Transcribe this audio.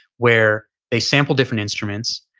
where they sampled different instruments,